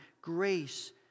grace